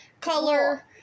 color